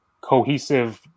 cohesive